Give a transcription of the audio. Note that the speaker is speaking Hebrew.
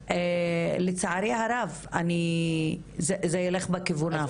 לצערי הרב זה ילך בכיוון ההפוך.